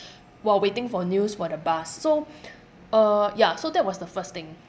while waiting for news for the bus so uh ya so that was the first thing